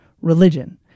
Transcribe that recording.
Religion